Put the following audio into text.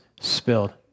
spilled